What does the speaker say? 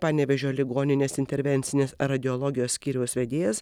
panevėžio ligoninės intervencinės radiologijos skyriaus vedėjas